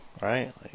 right